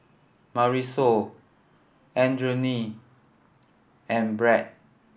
Marisol Adriane and Brad